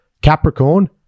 Capricorn